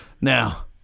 Now